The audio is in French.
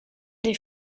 des